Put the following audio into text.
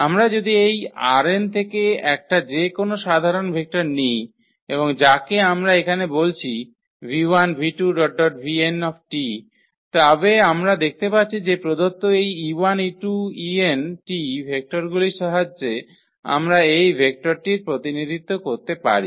আমরা যদি এই ℝ𝑛 থেকে একটা যেকোনো সাধারণ ভেক্টর নিই এবং যাকে আমরা এখানে বলছি 𝑣1 𝑣2 𝑣𝑛T তবে আমরা দেখতে পাচ্ছি যে প্রদত্ত এই 𝑒1 𝑒2 𝑒𝑛𝑇 ভেক্টরগুলির সাহায্যে আমরা এই ভেক্টরটির প্রতিনিধিত্ব করতে পারি